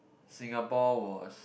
Singapore was